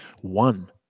one